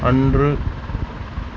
அன்று